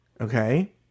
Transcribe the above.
Okay